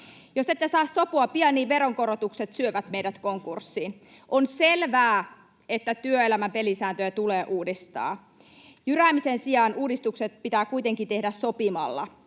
Jos te ette saa sopua pian, niin veronkorotukset syövät meidät konkurssiin. On selvää, että työelämän pelisääntöjä tulee uudistaa. Jyräämisen sijaan uudistukset pitää kuitenkin tehdä sopimalla.